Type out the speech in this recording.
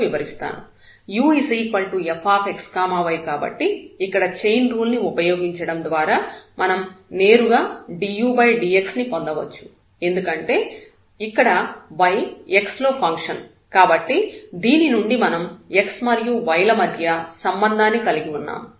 ufxy కాబట్టి ఇక్కడ chain rule ని ఉపయోగించడం ద్వారా మనం నేరుగా dudx ని పొందవచ్చు ఎందుకంటే ఇక్కడ y x లో ఫంక్షన్ కాబట్టి దీని నుండి మనం x మరియు y ల మధ్య సంబంధాన్ని కలిగి ఉన్నాము